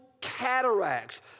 cataracts